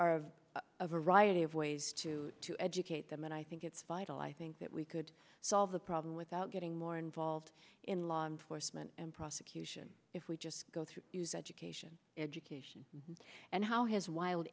are a variety of ways to to educate them and i think it's vital i think that we could solve the problem without getting more involved in law enforcement and prosecution if we just go through use education education and how his wild